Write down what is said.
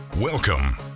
Welcome